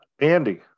Andy